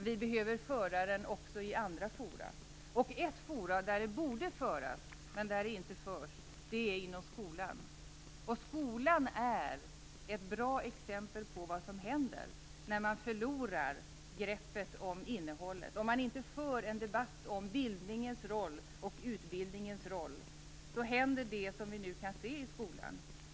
Vi behöver föra diskussionen också i andra forum. Ett forum där den borde föras men där den inte förs är skolan. Skolan är ett bra exempel på vad som händer när man förlorar greppet om innehållet. Om man inte för en debatt om bildningens roll och utbildningens roll händer det som vi nu kan se i skolan.